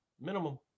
minimum